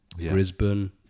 Brisbane